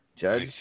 Judge